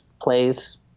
plays